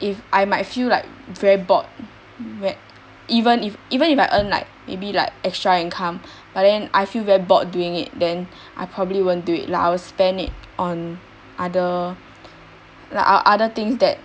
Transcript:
if I might feel like very bored when even if even if I earn like maybe like extra income but then I feel very bored doing it then I probably won't do it lah I'll spend it on other like ot~ other things that